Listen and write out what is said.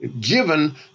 given